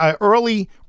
early